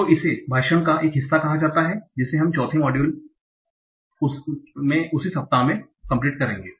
तो इसे भाषण का एक हिस्सा कहा जाता है जिसे हम चौथे मॉड्यूल के उसी सप्ताह में लेंगे